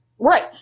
right